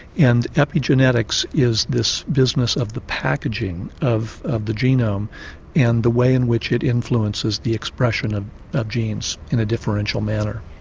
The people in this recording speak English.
and epigenetics is this business of the packaging of of the genome and the way in which it influences the expression of of genes in a differential manner.